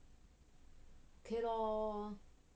okay lor